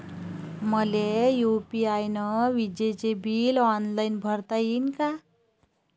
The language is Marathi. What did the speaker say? मले यू.पी.आय न विजेचे बिल ऑनलाईन भरता येईन का?